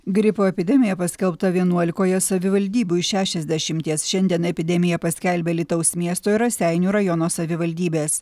gripo epidemija paskelbta vienuolikoje savivaldybių iš šešiasdešimties šiandien epidemiją paskelbė alytaus miesto ir raseinių rajono savivaldybės